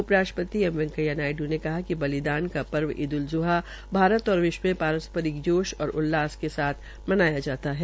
उपराष्ट्रपति एम वैकेया नायड् ने कहा कि बलिदान का पर्व ईद उल ज़ुहा भारत और विश्व में पारस्परिक जोश और उल्लास के साथ मनाया जाता है